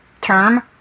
term